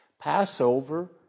Passover